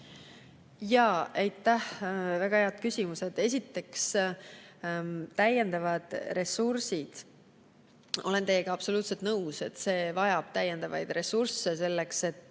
Aitäh, väga head küsimused! Esiteks, täiendavad ressursid. Olen teiega absoluutselt nõus, et see vajab täiendavaid ressursse. Selleks, et